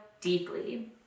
deeply